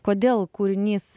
kodėl kūrinys